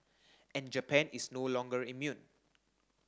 and Japan is no longer immune